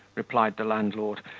replied the landlord,